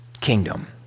kingdom